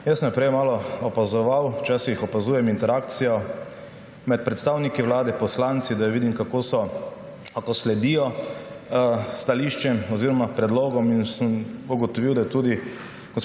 Jaz sem jo prej malo opazoval, včasih opazujem interakcijo med predstavniki Vlade, poslanci, da vidim, kako so, kako sledijo stališčem oziroma predlogom, in sem ugotovil, da je